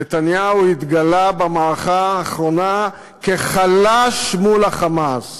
נתניהו התגלה במערכה האחרונה כחלש מול ה"חמאס",